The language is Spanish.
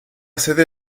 sede